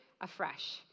afresh